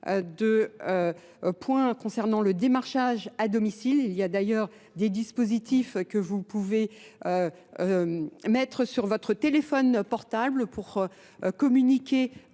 de points concernant le démarchage à domicile. Il y a d'ailleurs des dispositifs que vous pouvez mettre sur votre téléphone portable pour communiquer